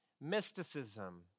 mysticism